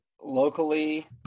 locally